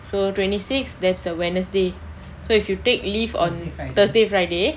so twenty six that's a wednesday so if you take leave on thursday friday